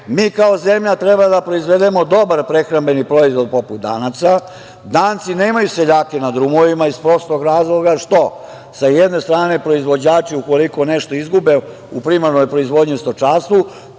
kao zemlja trebamo da proizvedemo dobar prehrambeni proizvod, poput Danaca. Danci nemaju seljake na drumovima iz prosto razloga što, sa jedne strane, proizvođači ukoliko nešto izgube u primarnoj proizvodnji i stočarstvu,